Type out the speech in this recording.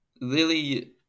Lily